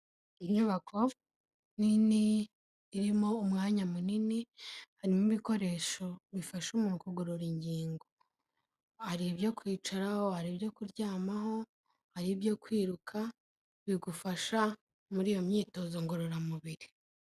Inyubako nini irimo umwanya munini, harimo ibikoresho bifasha umuntu kugorora ingingo, hari ibyo kwicaraho, hari ibyo kuryamaho, hari ibyo kwiruka bigufasha muri iyo myitozo ngororamubiri.